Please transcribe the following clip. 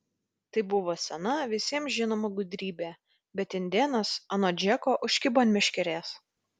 tai buvo sena visiems žinoma gudrybė bet indėnas anot džeko užkibo ant meškerės